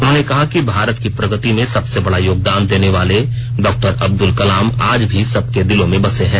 उन्होंने कहा कि भारत की प्रगति में सबसे बड़ा योगदान देने वाले डॉ अब्दुल कलाम आज भी सबके दिलों में बसे हैं